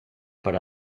per